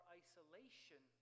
isolation